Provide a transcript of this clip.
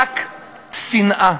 רק שנאה.